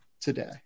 today